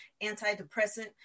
antidepressant